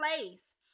place